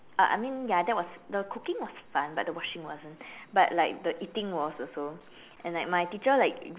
I I mean ya that was the cooking was fun but the washing wasn't but like the eating was also and like my teacher like